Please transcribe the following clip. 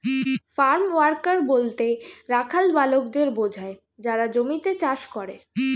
farm worker বলতে রাখাল বালকদের বোঝায় যারা জমিতে চাষ করে